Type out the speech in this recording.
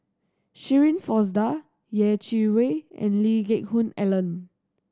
Shirin Fozdar Yeh Chi Wei and Lee Geck Hoon Ellen